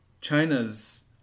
China's